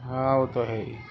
ہاں وہ تو ہے ہی